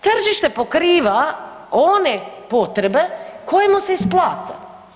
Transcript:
Tržište pokriva one potrebe koje mu se isplate.